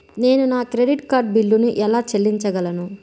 నేను నా credit card బిల్లును ఎలా చెల్లించగలను?